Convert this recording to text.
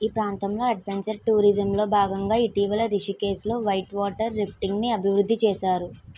ఈ ప్రాంతంలో adventure tourism లో భాగంగా ఇటీవల రిషికేశ్లో వైట్ వాటర్ రాఫ్టింగ్ ని అభివృద్ధి చేశారు